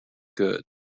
good